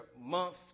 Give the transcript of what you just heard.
month